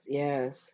yes